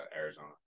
Arizona